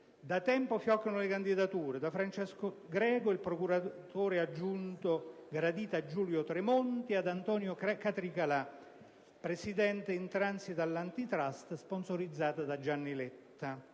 «Da tempo fioccano le candidature. Da Francesco Greco, il procuratore aggiunto gradito a Giulio Tremonti, ad Antonio Catricalà, presidente in transito all'Antitrust sponsorizzato da Gianni Letta».